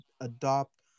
adopt